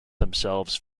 themselves